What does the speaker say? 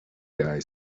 guy